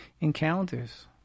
encounters